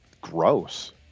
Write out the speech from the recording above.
gross